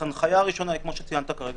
הראשונה היא כמו שציינת כרגע.